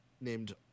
named